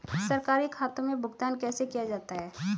सरकारी खातों में भुगतान कैसे किया जाता है?